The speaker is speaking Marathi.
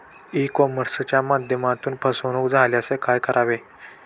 ई कॉमर्सच्या माध्यमातून फसवणूक झाल्यास काय करावे?